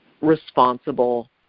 responsible